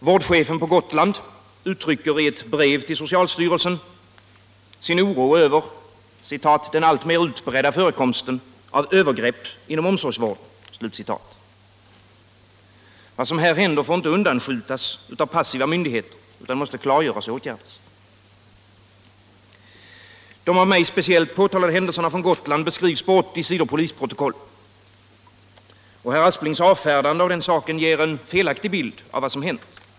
Vårdchefen på Gotland uttrycker i ett brev till socialstyrelsen sin oro över ”den alltmer utbredda förekomsten av övergrepp inom omsorgsvården”. Vad som här händer får inte undanskjutas av passiva myndigheter. Det måste klargöras och åtgärdas. De av mig speciellt påtalade händelserna från Gotland beskrivs på 80 sidor polisprotokoll. Herr Asplings avfärdande av saken ger en helt felaktig bild av vad som hänt.